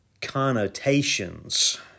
connotations